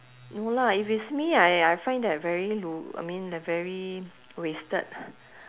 no lah if it's me I I find that very 鲁：lu I mean very wasted